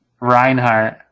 Reinhardt